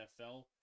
NFL